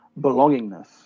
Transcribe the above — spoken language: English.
belongingness